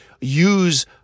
use